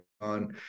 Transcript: on